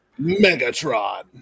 megatron